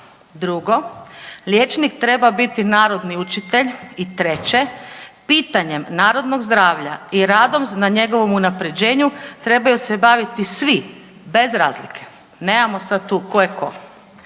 Drugo, liječnik treba biti narodni učitelj. I treće, pitanjem narodnog zdravlja i radom na njegovom unapređenju trebaju se baviti svi bez razlike. Nemamo sad tu tko je tko.